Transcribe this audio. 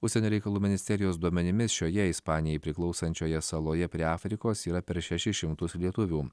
užsienio reikalų ministerijos duomenimis šioje ispanijai priklausančioje saloje prie afrikos yra per šešis šimtus lietuvių